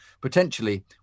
Potentially